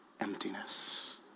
emptiness